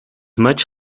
much